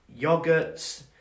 yogurts